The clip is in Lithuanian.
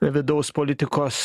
vidaus politikos